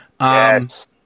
Yes